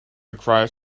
acquire